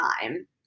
time